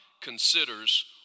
considers